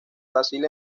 brasil